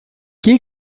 que